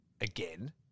again